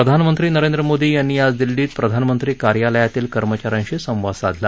प्रधानमंत्री नरेंद्र मोदी यांनी आज दिल्लीत प्रधानमंत्री कार्यालयातील कर्मचाऱ्यांशी संवाद साधला